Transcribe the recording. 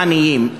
בעניים,